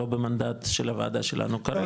לא במנדט של הוועדה שלנו כרגע.